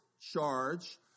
charge